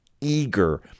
eager